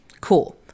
Cool